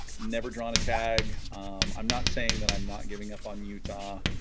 never drawn a tag i'm not saying that i'm not giving up on utah